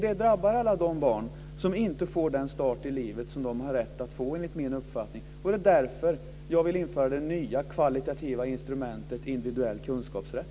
Det drabbar alla de barn som inte får den start i livet som de har rätt att få enligt min uppfattning. Det är därför jag vill införa det nya kvalitativa instrumentet, individuell kunskapsrätt.